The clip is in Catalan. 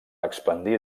expandir